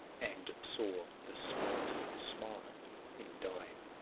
and saw the spartan smile in dying.